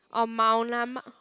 oh mount lah mou~